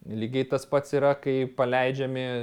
lygiai tas pats yra kai paleidžiami